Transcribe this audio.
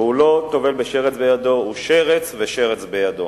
והוא לא טובל ושרץ בידו, הוא שרץ ושרץ בידו.